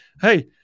hey